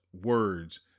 words